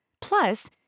Plus